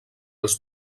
els